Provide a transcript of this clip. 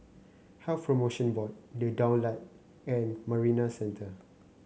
Health Promotion Board The Daulat and Marina Centre